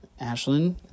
Ashlyn